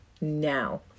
now